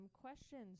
questions